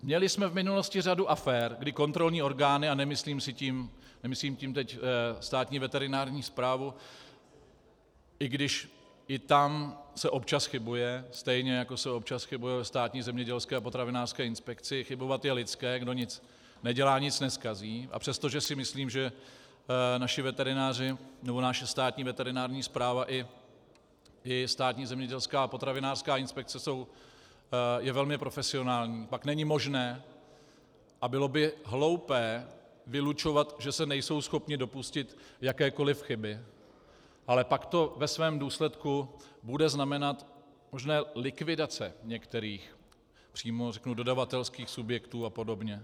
Měli jsme v minulosti řadu afér, kdy kontrolní orgány, a nemyslím tím teď Státní veterinární správu, i když i tam se občas chybuje, stejně jako se občas chybuje ve Státní zemědělské a potravinářské inspekci, chybovat je lidské, kdo nic nedělá, nic nezkazí, a přestože si myslím, že naši veterináři nebo naše Státní veterinární správa i Státní zemědělská a potravinářská inspekce je velmi profesionální, pak není možné a bylo by hloupé vylučovat, že se nejsou schopni dopustit jakékoliv chyby, ale pak to ve svém důsledku bude znamenat možné likvidace některých přímo řeknu dodavatelských subjektů apod.